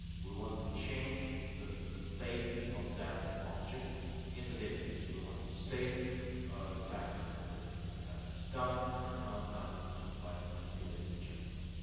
we want to change the the state of that object in the database. so we want to save the fact that a particular task is done or not done just by manipulating the check box.